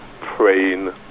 praying